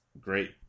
Great